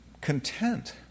content